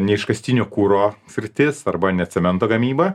ne iškastinio kuro sritis arba ne cemento gamyba